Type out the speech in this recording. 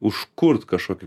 užkurt kažkokį